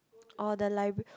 oh the library